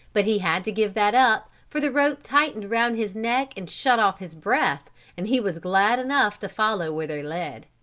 but he had to give that up, for the rope tightened round his neck and shut off his breath and he was glad enough to follow where they led.